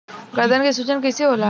गर्दन के सूजन कईसे होला?